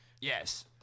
Yes